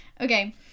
Okay